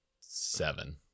seven